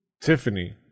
Tiffany